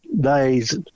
days